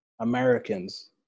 Americans